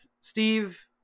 Steve